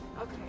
Okay